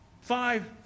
five